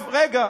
עכשיו, רגע,